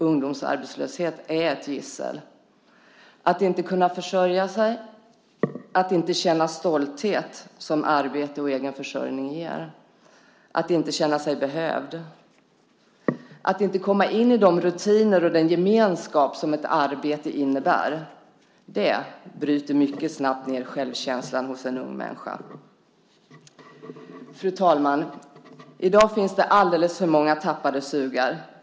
Ungdomsarbetslöshet är ett gissel. Att inte kunna försörja sig, att inte känna den stolthet som arbete och egen försörjning ger, att inte känna sig behövd och att inte komma in i de rutiner och den gemenskap som ett arbete innebär, det bryter mycket snabbt ned självkänslan hos en ung människa. Fru talman! I dag finns det alldeles för många tappade sugar.